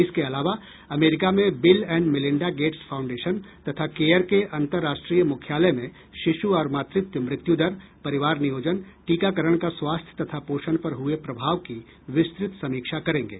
इसके अलावा अमेरिका में Bill and Melinda Gates Foundation तथा केयर के अन्तर्राष्ट्रीय मुख्यालय में शिशु और मातृत्व मृत्यु दर परिवार नियोजन टीकाकरण का स्वास्थ्य तथा पोषण पर हुए प्रभाव की विस्तृत समीक्षा करेंगे